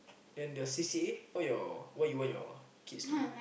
then your C_C_A what your what you want your kids to